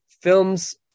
film's